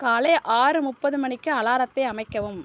காலை ஆறு முப்பது மணிக்கு அலாரத்தை அமைக்கவும்